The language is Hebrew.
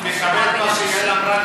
אני מכבד את מה שיעל אמרה,